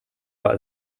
war